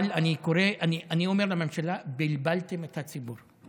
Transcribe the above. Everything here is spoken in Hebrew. אבל אני אומר לממשלה, בלבלתם את הציבור,